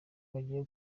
bagiye